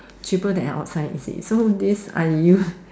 cheaper than outside you see